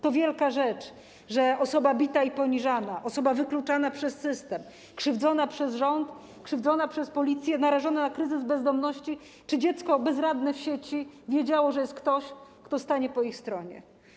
To wielka rzecz, że osoba bita i poniżana, osoba wykluczana przez system, krzywdzona przez rząd, krzywdzona przez policję, narażona na kryzys bezdomności czy dziecko bezradne w sieci wiedziały, że jest ktoś, kto stanie po ich stronie.